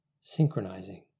synchronizing